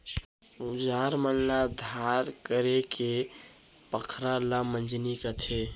अउजार मन ल धार करेके पखरा ल मंजनी कथें